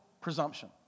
presumption